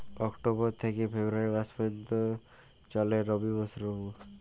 October থেকে ফেব্রুয়ারি মাস পর্যন্ত চলে রবি মরসুম